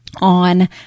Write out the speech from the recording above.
on